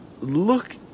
Look